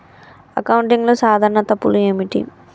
అకౌంటింగ్లో సాధారణ తప్పులు ఏమిటి?